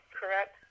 correct